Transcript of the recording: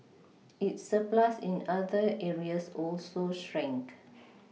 its surplus in other areas also shrank